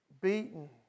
beaten